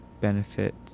benefit